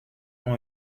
ont